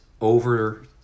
over